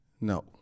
No